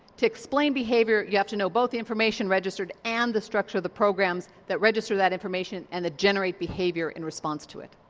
to explain behaviour you have to know both the information registered and the structure of the program that registered that information, and that generates behaviour in response to it.